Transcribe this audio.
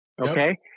Okay